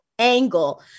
angle